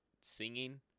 singing